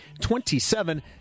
27